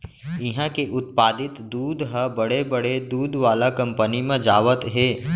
इहां के उत्पादित दूद ह बड़े बड़े दूद वाला कंपनी म जावत हे